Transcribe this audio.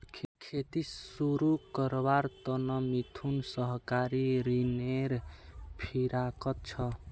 खेती शुरू करवार त न मिथुन सहकारी ऋनेर फिराकत छ